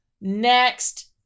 Next